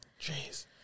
Jeez